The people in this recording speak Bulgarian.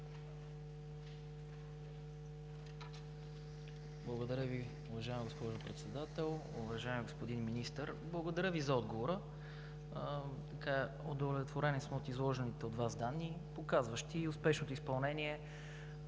Благодаря Ви, уважаема госпожо Председател. Уважаеми господин Министър, благодаря Ви за отговора. Удовлетворени сме от изложените от Вас данни, показващи успешното изпълнение